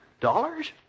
Dollars